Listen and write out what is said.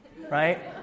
right